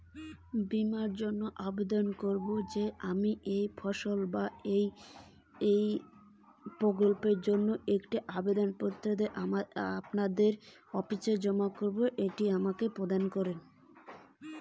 বিমার জন্য আমি কি কিভাবে আবেদন করব?